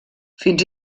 fins